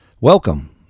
Welcome